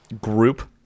group